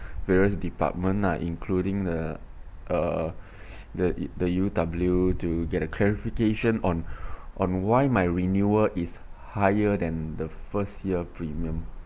various department lah including the uh the U_W to get a clarification on on why my renewal is higher than the first year premium